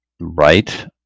Right